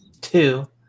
Two